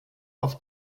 auf